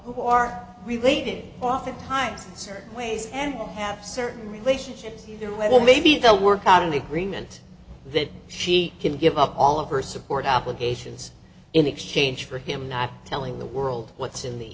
who are related oftentimes certain ways and have certain relationships here well maybe they'll work out an agreement that she can give up all of her support obligations in exchange for him not telling the world what's in the